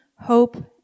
hope